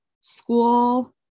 school